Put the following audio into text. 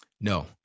No